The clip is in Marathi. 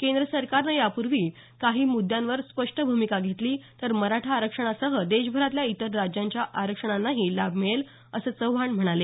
केंद्र सरकारने त्यापूर्वी काही मुद्यांवर स्पष्ट भूमिका घेतली तर मराठा आरक्षणासह देशभरातल्या इतर राज्यांच्या आरक्षणांनाही लाभ मिळेल असं चव्हाण म्हणाले